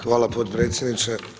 Hvala potpredsjedniče.